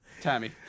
Tammy